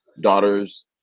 daughters